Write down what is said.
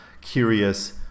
curious